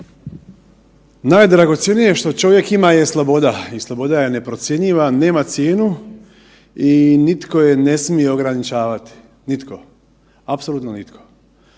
Najdragocjenije što čovjek ima je sloboda i sloboda je neprocjenjiva, nema cijenu i nitko je ne smije ograničavati. Nitko, apsolutno nitko.